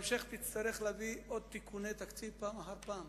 תצטרך להביא עוד תיקוני תקציב פעם אחר פעם,